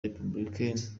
républicains